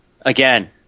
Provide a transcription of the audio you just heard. Again